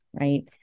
Right